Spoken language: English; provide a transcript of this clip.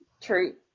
True